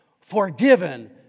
forgiven